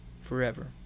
forever